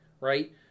right